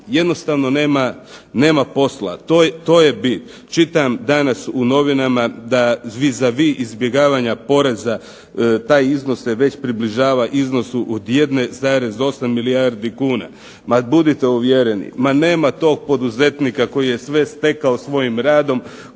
Jednostavno nema posla, to je bit. Čitam danas u novinama da vis a vis izbjegavanja poreza taj iznos se već približava iznosu od 1,8 milijardi kuna. Ma budite uvjereni, nema tog poduzetnika koji je sve stekao svojim radom,